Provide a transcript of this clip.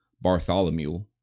Bartholomew